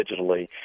digitally